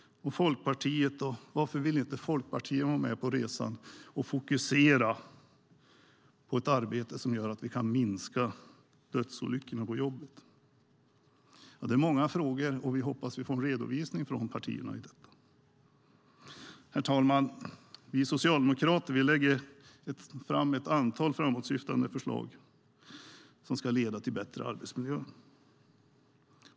Varför vill inte Folkpartiet vara med på resan och fokusera på ett arbete som gör att vi kan minska dödsolyckorna på jobbet? Det är många frågor, och vi hoppas på att få en redovisning från partierna. Herr talman! Vi socialdemokrater lägger fram ett antal framåtsyftande förslag som ska leda till bättre arbetsmiljö.